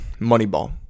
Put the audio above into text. Moneyball